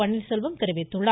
பன்னீர் செல்வம் தெரிவித்துள்ளார்